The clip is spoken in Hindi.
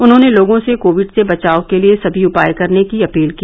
उन्होंने लोगों से कोविड से बचाव के लिए सभी उपाय करने की अपील की